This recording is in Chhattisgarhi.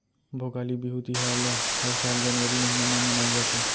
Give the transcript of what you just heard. भोगाली बिहू तिहार ल हर साल जनवरी महिना म मनाए जाथे